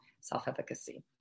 self-efficacy